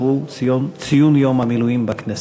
שהוא ציון יום המילואים בכנסת.